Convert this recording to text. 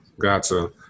gotcha